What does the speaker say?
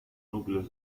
núcleos